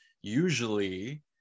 usually